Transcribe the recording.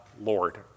Lord